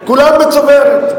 ב-2003 כולם בצוברת.